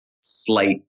slight